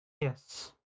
Yes